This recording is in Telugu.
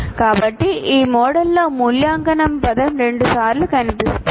కాబట్టి ఈ మోడల్లో మూల్యాంకనం పదం రెండుసార్లు కనిపిస్తుంది